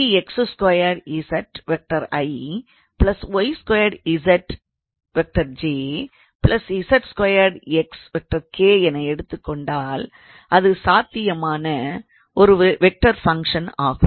நீங்கள் 3𝑥2𝑧𝑖̂ 𝑦2𝑧𝑗̂ 𝑧2𝑥𝑘̂ என எடுத்துக்கொண்டால் அது சாத்தியமான ஒரு வெக்டார் ஃபங்க்ஷன் ஆகும்